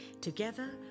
Together